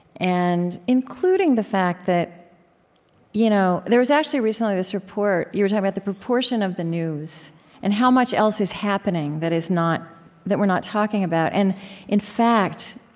and including the fact that you know there was, actually, recently, this report you were talking about the proportion of the news and how much else is happening that is not that we're not talking about. and in fact,